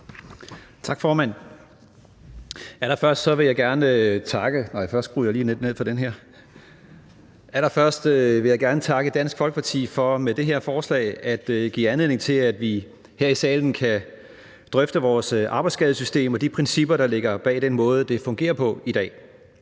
Tak, formand. Allerførst vil jeg gerne takke Dansk Folkeparti for med det her forslag at give anledning til, at vi her i salen kan drøfte vores arbejdsskadesystem og de principper, der ligger bag den måde, det fungerer på i dag.